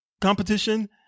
competition